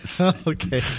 Okay